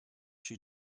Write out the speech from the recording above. she